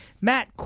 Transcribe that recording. Matt